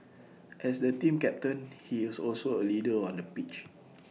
as the team captain he is also A leader on the pitch